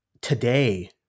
today